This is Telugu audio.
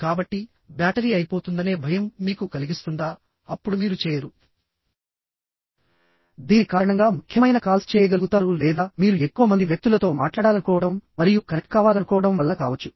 కాబట్టి బ్యాటరీ అయిపోతుందనే భయం మీకు కలిగిస్తుందా అప్పుడు మీరు చేయరు దీని కారణంగా ముఖ్యమైన కాల్స్ చేయగలుగుతారు లేదా మీరు ఎక్కువ మంది వ్యక్తులతో మాట్లాడాలనుకోవడం మరియు కనెక్ట్ కావాలనుకోవడం వల్ల కావచ్చు